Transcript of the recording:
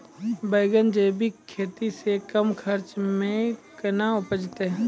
बैंगन जैविक खेती से कम खर्च मे कैना उपजते?